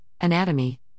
anatomy